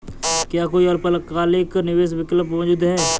क्या कोई अल्पकालिक निवेश विकल्प मौजूद है?